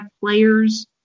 players